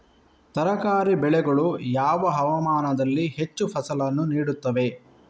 ತರಕಾರಿ ಬೆಳೆಗಳು ಯಾವ ಹವಾಮಾನದಲ್ಲಿ ಹೆಚ್ಚು ಫಸಲನ್ನು ನೀಡುತ್ತವೆ?